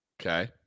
Okay